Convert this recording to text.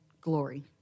glory